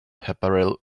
apparel